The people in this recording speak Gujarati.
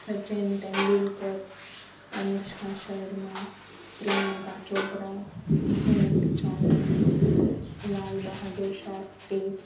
સચિન તેંડુલકર અનુષ્કા શર્મા પ્રિયંકા ચોપરા અને જોન એલ્સ લાલ બહાદુર શાસ્ત્રી